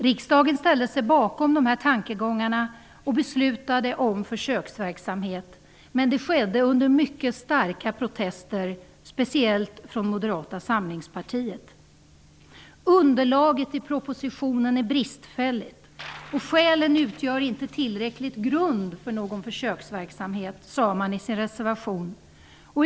Riksdagen ställde sig bakom dessa tankegångar och beslutade om en försöksverksamhet, men detta skedde under mycket starka protester, speciellt från ''Underlaget i propositionen är bristfälligt och skälen utgör inte tillräcklig grund för någon försöksverksamhet'', sade man i sin reservation.